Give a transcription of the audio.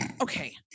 okay